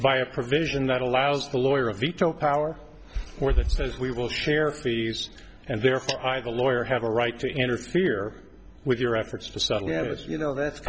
by a provision that allows the lawyer a veto power or that says we will share fees and therefore i the lawyer have a right to interfere with your efforts to settle it as you know that's